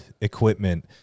equipment